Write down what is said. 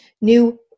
new